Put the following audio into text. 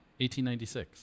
1896